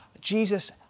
Jesus